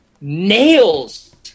nails